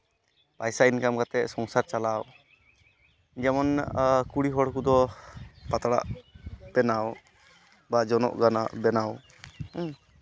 ᱯᱚᱭᱥᱟ ᱤᱱᱠᱟᱢ ᱠᱟᱛᱮᱫ ᱥᱚᱝᱥᱟᱨ ᱪᱟᱞᱟᱣ ᱡᱮᱢᱚᱱ ᱠᱩᱲᱤ ᱦᱚᱲ ᱠᱚᱫᱚ ᱯᱟᱛᱲᱟ ᱵᱮᱱᱟᱣ ᱵᱟ ᱜᱟᱱᱟᱜ ᱵᱮᱱᱟᱣ